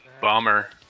bummer